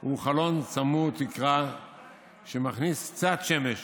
הוא חלון צמוד תקרה שמכניס קצת שמש